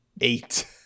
Eight